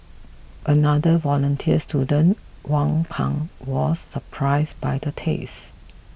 another volunteer student Wang Pan was surprised by the taste